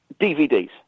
DVDs